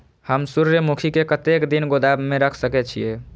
हम सूर्यमुखी के कतेक दिन गोदाम में रख सके छिए?